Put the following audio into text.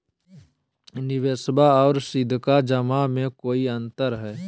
निबेसबा आर सीधका जमा मे कोइ अंतर हय?